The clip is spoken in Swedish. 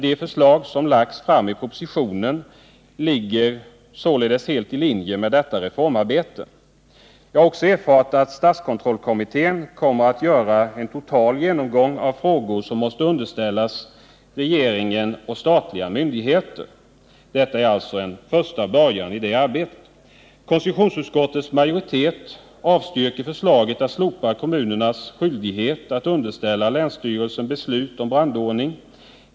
De förslag som lagts fram i propositionen ligger således helt i linje med detta reformarbete. Vidare kan påpekas att statskontrollkommittén förväntas att göra en total genomgång av frågor som nu måste underställas regeringen eller andra statliga myndigheter. Detta är alltså en första del i det arbetet. Konstitutionsutskottets majoritet avstyrker förslaget att slopa kommunernas skyldighet att underställa länsstyrelsen beslut om brandordning.